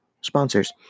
sponsors